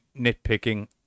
nitpicking